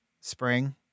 spring